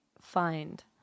find